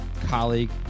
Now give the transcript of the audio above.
colleague